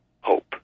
hope